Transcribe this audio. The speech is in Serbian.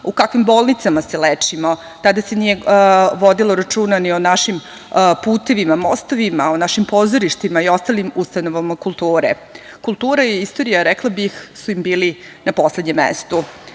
u kakvim bolnicama se lečimo. Tada se nije vodilo računa ni o našim putevima, mostovima, o našim pozorištima i ostalim ustanovama kulture. Kultura i istorija, rekla bih, su im bili na poslednjem mestu.